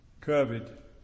covet